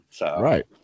Right